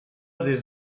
des